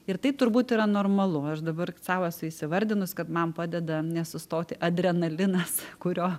ir tai turbūt yra normalu aš dabar sau esu įsivardinus kad man padeda nesustoti adrenalinas kurio